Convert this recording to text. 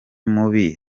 mubi